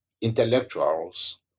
intellectuals